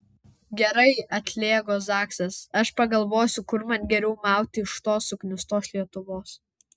gerai atlėgo zaksas aš pagalvosiu kur man geriau mauti iš tos suknistos lietuvos